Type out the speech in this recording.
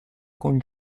con